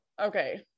okay